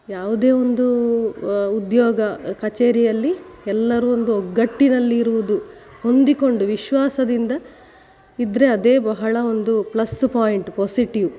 ಯಾವುದೇ ಒಂದು ಉದ್ಯೋಗ ಕಚೇರಿಯಲ್ಲಿ ಎಲ್ಲರೂ ಒಂದು ಒಗ್ಗಟ್ಟಿನಲ್ಲಿ ಇರುವುದು ಹೊಂದಿಕೊಂಡು ವಿಶ್ವಾಸದಿಂದ ಇದ್ದರೆ ಅದೇ ಬಹಳ ಒಂದು ಪ್ಲಸ್ ಪಾಯಿಂಟ್ ಪಾಸಿಟಿವ್